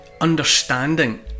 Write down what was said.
understanding